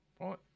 right